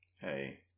Hey